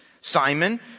Simon